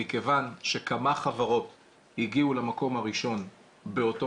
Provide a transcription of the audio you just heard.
מכיוון שכמה חברות הגיעו למקום הראשון באותו